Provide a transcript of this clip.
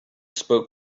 spoke